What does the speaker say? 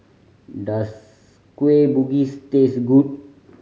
does Kueh Bugis taste good